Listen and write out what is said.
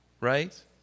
Right